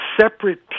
separate